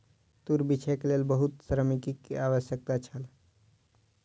तूर बीछैक लेल बहुत श्रमिक के आवश्यकता छल